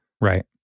Right